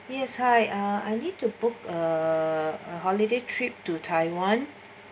yes hi uh I need to book uh holiday trip to taiwan